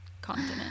continent